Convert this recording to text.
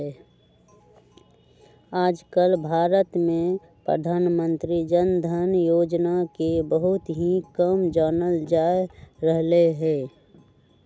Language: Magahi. आजकल भारत में प्रधानमंत्री जन धन योजना के बहुत ही कम जानल जा रहले है